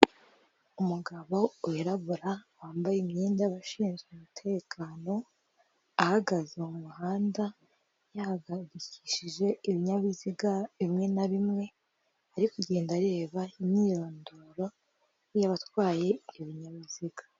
Umugabo wirabura wambaye imyenda y'abashinzwe umutekano, ahagaze mu muhanda yahagarikishije ibinyabiziga bimwe na bimwe, ari kureba imyirondoro y'abatwaye ibyo binyabiziga.